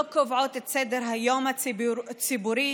לא קובעת את סדר-היום הציבורי,